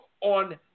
on